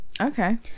okay